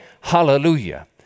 hallelujah